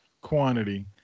Quantity